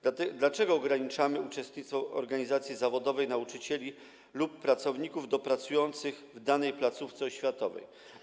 Dlaczego ograniczamy uczestnictwo organizacji zawodowych nauczycieli lub pracowników do działających w danej placówce oświatowej?